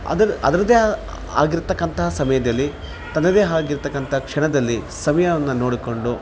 ಅದ್ರ ಅದರದ್ದೆ ಆಗಿರ್ತಕ್ಕಂಥ ಸಮಯದಲ್ಲಿ ತನ್ನದೇ ಆಗಿರ್ತಕಂಥ ಕ್ಷಣದಲ್ಲಿ ಸಮಯವನ್ನು ನೋಡಿಕೊಂಡು